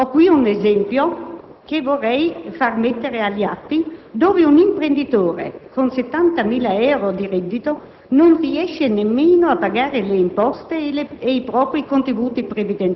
La pressione fiscale è insostenibile a causa della indetraibilità dei costi previsti nella legge finanziaria, con effetto retroattivo e il conseguente aumento della base imponibile.